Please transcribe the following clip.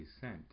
sent